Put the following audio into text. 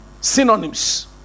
synonyms